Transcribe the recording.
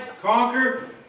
conquer